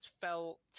felt